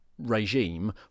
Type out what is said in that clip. regime